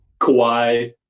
Kawhi